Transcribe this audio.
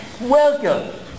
Welcome